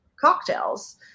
cocktails